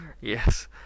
Yes